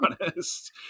honest